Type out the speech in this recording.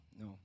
no